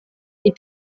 wie